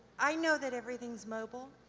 i know that everything's mobile.